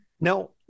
Now